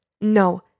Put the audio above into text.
no